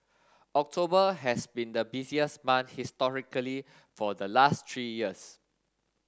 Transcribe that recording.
October has been the busiest month historically for the last three years